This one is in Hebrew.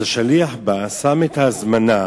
אז השליח בא, שם את ההזמנה